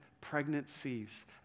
pregnancies